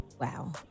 wow